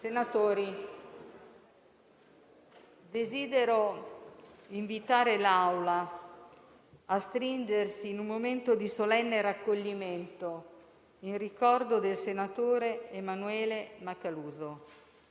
Senatori, desidero invitare l'Assemblea a stringersi in un momento di solenne raccoglimento in ricordo del senatore Emanuele Macaluso.